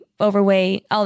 overweight